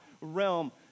realm